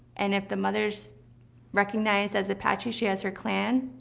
and if the mother is recognized as apache, she has her clan,